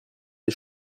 des